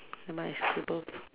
never mind I scribble